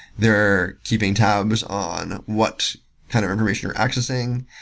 they are keeping tabs on what kind of operation you're accessing.